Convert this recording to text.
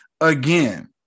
Again